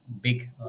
big